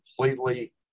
completely